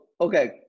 okay